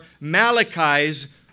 Malachi's